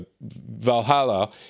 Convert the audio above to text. Valhalla